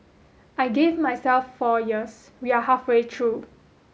I gave myself four years we are halfway through